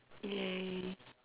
!yay!